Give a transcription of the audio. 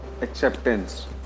acceptance